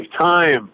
time